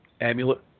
amulet